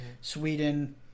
Sweden